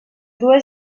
dues